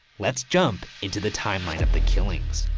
let's jump into the timeline of the killings.